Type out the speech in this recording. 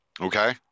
okay